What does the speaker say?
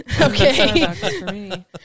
Okay